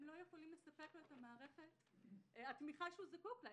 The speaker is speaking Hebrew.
לא יכולים לספק לו את מערכת התמיכה שהוא זקוק לה.